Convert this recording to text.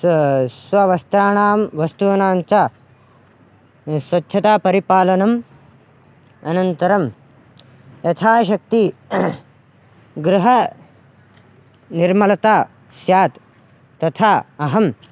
स्व स्ववस्त्राणां वस्तूनां च स्वच्छतापरिपालनम् अनन्तरं यथाशक्ति गृहनिर्मलता स्यात् तथा अहं